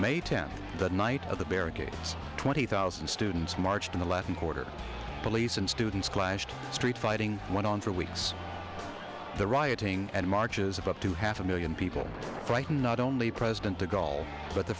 tenth that night at the barricades twenty thousand students marched in the latin quarter police and students clashed street fighting went on for weeks the rioting and marches about to half a million people frighten not only president the goal but the